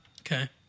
Okay